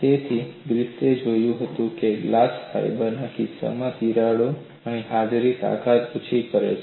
તેથી ગ્રિફિથે જે જોયું તે હતું ગ્લાસ ફાઇબરના કિસ્સામાં તિરાડોની હાજરીએ તાકાત ઓછી કરી છે